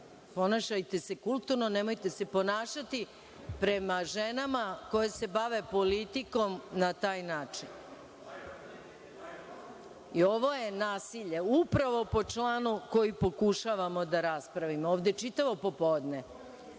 Ponašajte se kulturno. Nemojte se ponašati prema ženama koje se bave politikom na taj način. Ovo je nasilje upravo po članu koji pokušavamo da raspravimo ovde čitavo popodne.(Goran